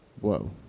whoa